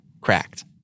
cracked